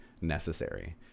necessary